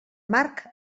marc